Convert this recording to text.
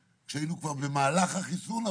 תכף יעלו לכאן עוד מנהלי בתי חולים מסוגים שונים.